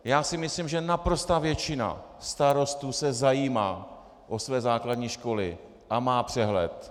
Já si myslím, že naprostá většina starostů se zajímá o své základní školy a má přehled.